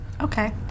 Okay